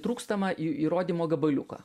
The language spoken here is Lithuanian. trūkstamą į įrodymo gabaliuką